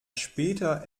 später